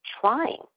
trying